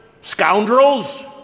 scoundrels